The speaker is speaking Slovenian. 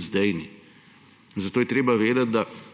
sedaj ni. Zato je treba vedeti,